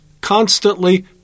constantly